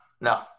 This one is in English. no